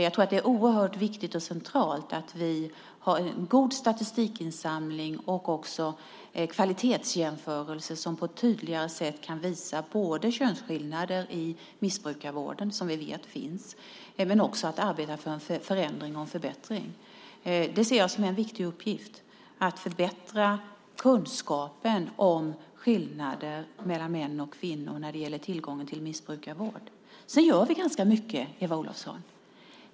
Jag tror att det är oerhört viktigt och centralt att vi har en god statistikinsamling och också kvalitetsjämförelser som på ett tydligare sätt kan visa både könsskillnader i missbrukarvården, som vi vet finns, och arbeta för en förändring och en förbättring. Det ser jag som en viktig uppgift, att förbättra kunskapen om skillnader mellan män och kvinnor när det gäller tillgången till missbrukarvård. Men vi gör ganska mycket, Eva Olsson.